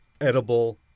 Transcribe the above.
edible